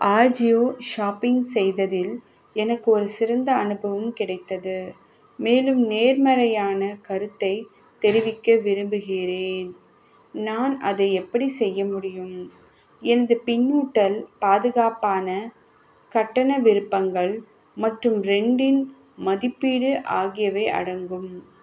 Ajio shopping செய்ததில் எனக்கு ஒரு சிறந்த அனுபவம் கிடைத்தது மேலும் நேர்மறையான கருத்தை தெரிவிக்க விரும்புகிறேன் நான் அதை எப்படி செய்ய முடியும் எந்த பின்னூட்டல் பாதுகாப்பான கட்டண விருப்பங்கள் மற்றும் ரெண்டின் மதிப்பீடு ஆகியவை அடங்கும்